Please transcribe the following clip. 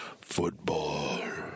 Football